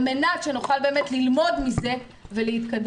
על מנת שנוכל באמת ללמוד מזה ולהתקדם.